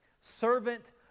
servant